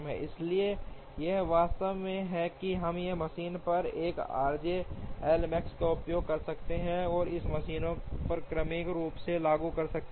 इसलिए हम आश्वस्त हैं कि हम एक मशीन पर 1 आरजे एल मैक्स का उपयोग कर सकते हैं और इसे मशीनों पर क्रमिक रूप से लागू कर सकते हैं